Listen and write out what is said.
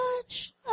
Touch